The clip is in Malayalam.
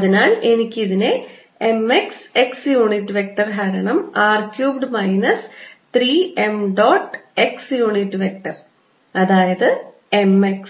അതിനാൽ എനിക്ക് ഇതിനെ m x x unit vector ഹരണം r cubed minus 3 m dot x unit vector അതായത് m x